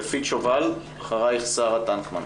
יפית שובל, ואחריה שרה טנקמן.